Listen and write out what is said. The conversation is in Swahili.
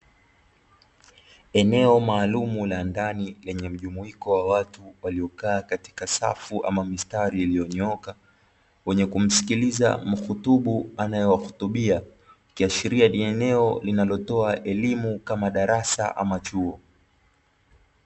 Eneo maalumu la ndani, lenye mjumuiko wa watu waliokaa katika safu ama mistari iliyonyooka, wenye kumsikiliza muhutubu anayewahutubia, ikiashiria ni eneo linalotoa elimu kama darasa ama chuo.